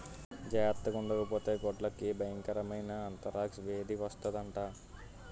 జార్తగుండకపోతే గొడ్లకి బయంకరమైన ఆంతరాక్స్ వేది వస్తందట